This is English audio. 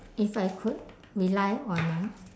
if I could relive on a